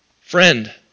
Friend